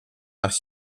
nach